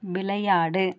விளையாடு